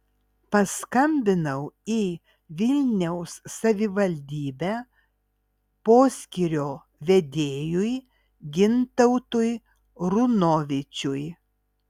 paskambinau į vilniaus savivaldybę poskyrio vedėjui gintautui runovičiui